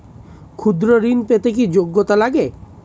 ক্ষুদ্র ঋণ পেতে কি যোগ্যতা লাগে?